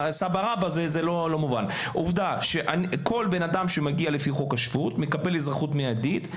כל בן אדם שמגיע לפי חוק השבות מקבל אזרחות מיידית.